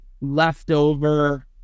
leftover